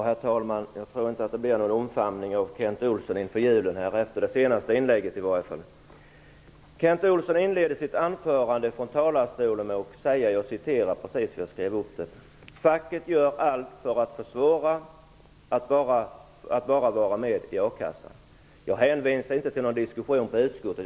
Herr talman! Jag är rädd för att det inte blir någon omfamning av Kent Olsson inför julen, i varje fall inte efter det senaste inlägget. Kent Olsson inledde sitt anförande med att säga att facket gör allt för att försvåra för dem som bara vill vara med i a-kassan. Jag hänvisar inte till någon diskussion i utskottet.